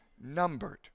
numbered